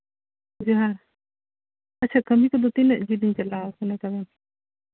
ᱦᱮᱸ ᱟᱪᱪᱷᱟ ᱠᱟᱹᱢᱤ ᱠᱚᱫᱚ ᱛᱤᱱᱟᱹᱜ ᱡᱮᱞᱮᱧ ᱪᱟᱞᱟᱣ ᱠᱟᱱᱟ ᱠᱟᱹᱢᱤ